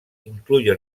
incluye